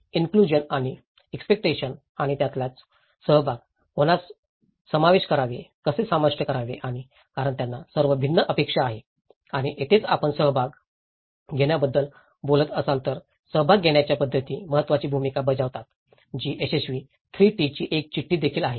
inclusion आणि expectation आणि त्यातच सहभाग कोणास समावेश करावे कसे समाविष्ट करावे आणि कारण त्यांना सर्व भिन्न अपेक्षा आहेत आणि येथेच आपण सहभाग घेण्याबद्दल बोलत असाल तर सहभाग घेण्याच्या पद्धती महत्वाची भूमिका बजावतात की यशस्वी 3 टी ची एक चिठ्ठी देखील आहे